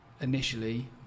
initially